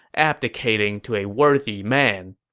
abdicating to a worthy man.